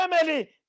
family